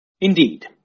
Indeed